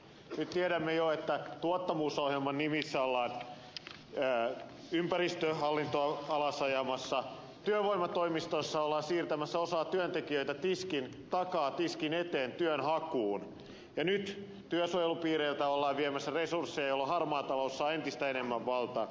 nyt tiedämme jo että tuottavuusohjelman nimissä ollaan ympäristöhallinto ajamassa alas työvoimatoimistoissa ollaan siirtämässä osa työntekijöitä tiskin takaa tiskin eteen työnhakuun ja nyt työsuojelupiireiltä ollaan viemässä resursseja jolloin harmaa talous saa entistä enemmän valtaa